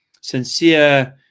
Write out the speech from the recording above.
sincere